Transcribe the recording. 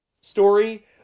story